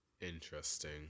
Interesting